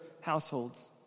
households